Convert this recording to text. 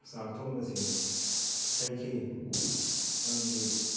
ꯆꯥꯛ ꯊꯣꯡꯕꯁꯤ ꯍꯩꯈꯤ ꯃꯔꯝꯗꯤ